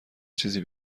چیزی